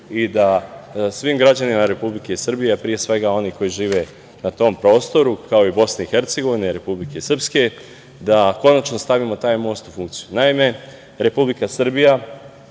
i da svim građanima Republike Srbije, a pre svega oni koji žive na tom prostoru, kao i Bosne i Hercegovine i Republike Srpske, da konačno stavimo taj most u funkciju. Naime, Republika Srbija